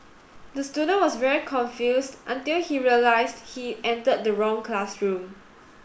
the student was very confused until he realised he entered the wrong classroom